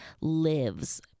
Lives